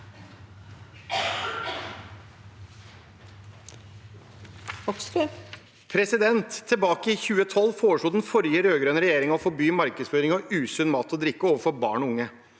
Tilbake i 2012 fore- slo den forrige rød-grønne regjeringen å forby markedsføring av usunn mat og drikke overfor barn og unge.